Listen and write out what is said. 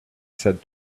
said